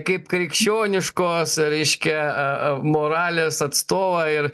kaip krikščioniškos reiškia a a moralės atstovą ir